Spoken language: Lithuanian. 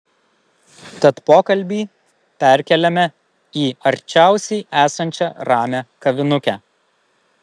tad pokalbį perkeliame į arčiausiai esančią ramią kavinukę